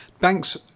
Banks